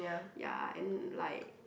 ya and like